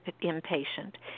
impatient